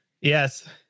Yes